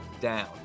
down